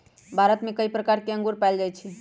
भारत में कई प्रकार के अंगूर पाएल जाई छई